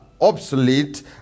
obsolete